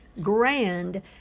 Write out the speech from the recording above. grand